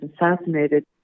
assassinated